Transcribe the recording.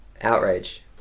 Outrage